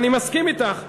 אני מסכים אתך.